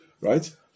right